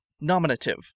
Nominative